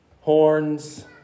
Horns